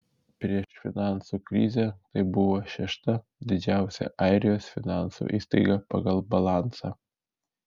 prieš finansų krizę tai buvo šešta didžiausia airijos finansų įstaiga pagal balansą